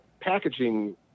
packaging